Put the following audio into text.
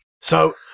So-